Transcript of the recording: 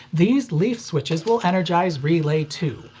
these leaf switches will energize relay two,